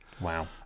Wow